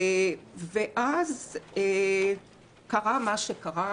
אז קרה מה שקרה,